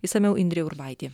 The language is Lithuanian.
išsamiau indrė urbaitė